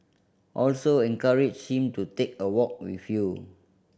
also encourage him to take a walk with you